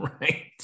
Right